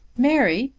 mary,